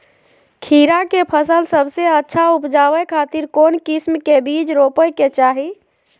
खीरा के फसल सबसे अच्छा उबजावे खातिर कौन किस्म के बीज रोपे के चाही?